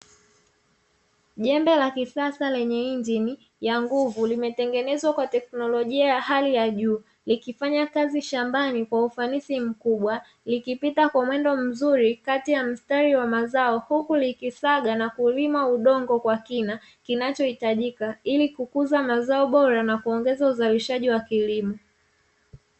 Jembe la kisasa lenye injini ya nguvu, limetengenezwa kwa teknolojia ya hali ya juu, likifanya kazi shambani kwa ufanisi mkubwa, likipita kwa mwendo mzuri kati ya mstari wa mazao, huku likisaga na kulima udongo kwa kina kinachohitajika ili kukuza mazao bora na kuongeza uzalishaji wa kilimo.